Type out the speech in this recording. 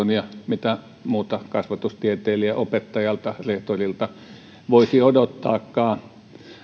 ja mitä muuta kasvatustieteilijältä opettajalta rehtorilta voisi odottaakaan